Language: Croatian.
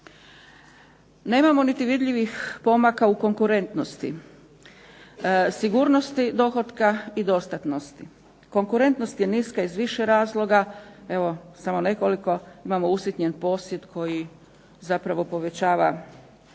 Nemamo niti vidljivih pomaka u konkurentnosti, sigurnosti dohotka i dostatnosti. Konkurentnost je niska iz više razloga, evo samo nekoliko. Imamo usitnjen posjed koji zapravo povećava